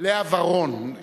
לאה ורון,